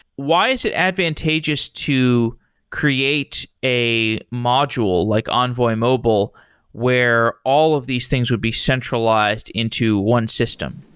why is it advantageous to create a module like envoy mobile where all of these things would be centralized into one system?